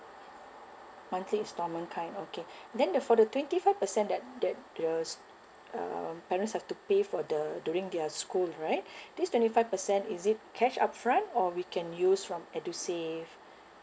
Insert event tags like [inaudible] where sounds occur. monthly instalment kind okay [breath] then the for the twenty five percent that that the s~ um the parents have to pay for the during their school right [breath] this twenty five percent is it cash upfront or we can use from edusave